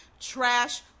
trash